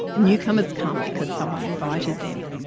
newcomers come because someone invited them.